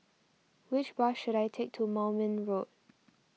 which bus should I take to Moulmein Road